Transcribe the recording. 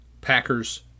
Packers